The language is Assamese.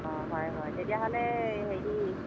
অঁ হয় হয় তেতিয়াহ'লে হেৰি